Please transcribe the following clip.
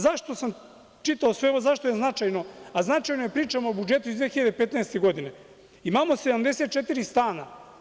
Zašto sam čitao sve ovo, zašto je značajno, a značajno je, pričam o budžetu iz 2015. godine, imamo 74 stana.